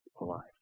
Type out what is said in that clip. alive